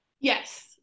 Yes